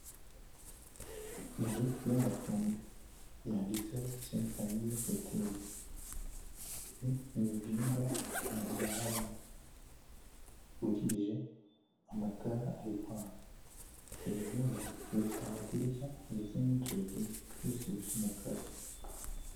Inzu y'amacumbi, yanditseho senti famiye hoteri, ibi ni ibyumba abantu bararamo, burije amatara ari kwaka, ibi byumba bifite amadirishya ndetse n'inzugi byose bisa umukara.